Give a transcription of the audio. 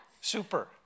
super